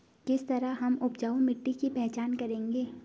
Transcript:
किस तरह हम उपजाऊ मिट्टी की पहचान करेंगे?